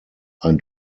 ein